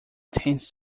tends